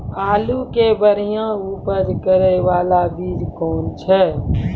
आलू के बढ़िया उपज करे बाला बीज कौन छ?